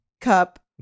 cup